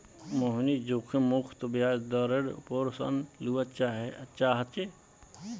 मोहनीश जोखिम मुक्त ब्याज दरेर पोर ऋण लुआ चाह्चे